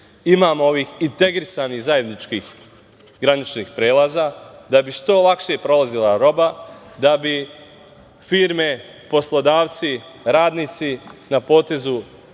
imamo ovih integrisanih zajedničkih graničnih prelaza, da bi što lakše prolazila roba, da bi firme, poslodavci, radnici na potezu,